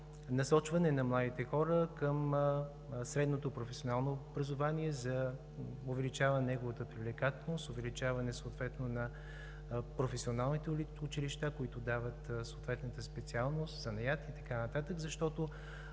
насочване на младите хора към средното професионално образование, за увеличаване на неговата привлекателност, увеличаване на професионалните училища, които дават съответната специалност, занаят и така нататък, защото